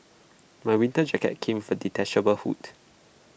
my winter jacket came with A detachable hood